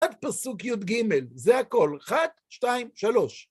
עד פסוק י"ג זה הכל. אחת, שתיים, שלוש.